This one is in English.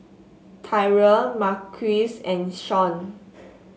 Tyrell Marquise and Sean